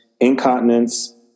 incontinence